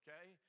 okay